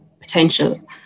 potential